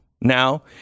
now